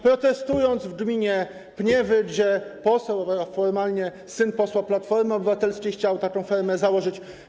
protestując w gminie Pniewy, gdzie poseł - a formalnie syn posła - Platformy Obywatelskiej chciał taką fermę założyć.